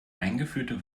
eingeführte